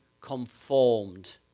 conformed